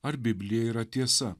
ar biblija yra tiesa